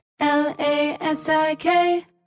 L-A-S-I-K